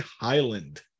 Highland